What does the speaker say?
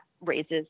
raises